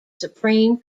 supreme